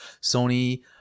Sony